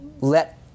let